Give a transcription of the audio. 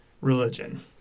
religion